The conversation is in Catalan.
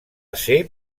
ser